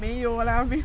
没有 lah